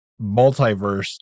multiverse